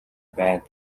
байна